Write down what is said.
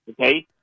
Okay